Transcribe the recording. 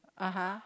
(uh huh)